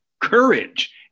courage